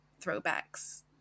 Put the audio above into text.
throwbacks